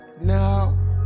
now